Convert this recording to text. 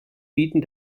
bieten